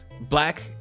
black